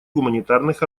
гуманитарных